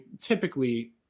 typically